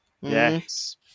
Yes